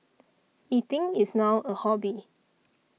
eating is now a hobby